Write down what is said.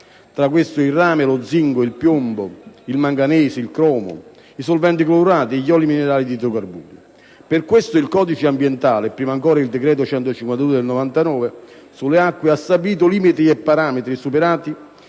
tra queste, il rame, lo zinco, il piombo, il manganese, il cromo, i solventi clorurati, gli oli minerali e gli idrocarburi. Per questo il codice ambientale, e prima ancora il decreto legislativo n. 152 del 1999 sulle acque, ha stabilito limiti e parametri, superati